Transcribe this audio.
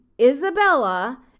Isabella